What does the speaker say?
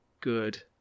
good